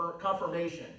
confirmation